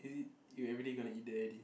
is it you everyday gonna eat there already